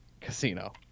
Casino